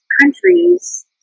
countries